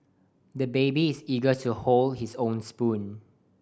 the baby is eager to hold his own spoon